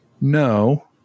no